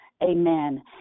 Amen